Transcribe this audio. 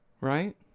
Right